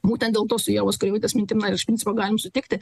būtent dėl to su ievos koreivaitės mintim na iš principo galim sutikti